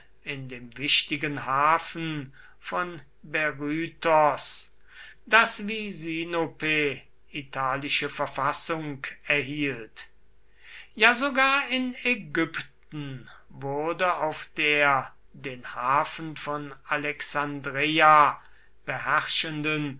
in dem wichtigen hafen von berytos das wie sinope italische verfassung erhielt ja sogar in ägypten wurde auf der den hafen von alexandreia beherrschenden